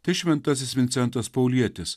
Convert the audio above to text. tai šventasis vincentas paulietis